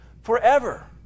forever